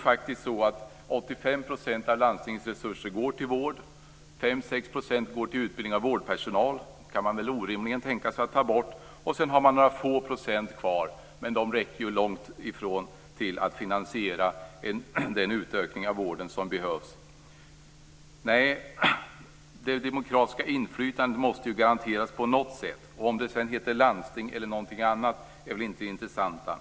85 % av landstingens resurser går faktiskt till vård, 5-6 % går till utbildning av vårdpersonal - det kan man väl orimligen tänka sig att ta bort - och sedan har man några få procent kvar. Men de räcker långt ifrån till att finansiera den utökning av vården som behövs. Det demokratiska inflytandet måste garanteras på något sätt. Om det sedan heter landsting eller något annat är inte det intressanta.